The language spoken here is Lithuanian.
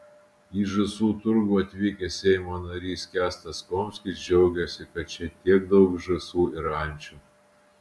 į žąsų turgų atvykęs seimo narys kęstas komskis džiaugėsi kad čia tiek daug žąsų ir ančių